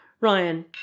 Ryan